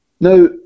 Now